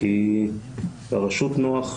כי לרשות נוח,